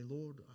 Lord